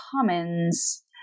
Commons